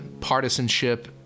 partisanship